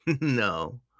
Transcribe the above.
No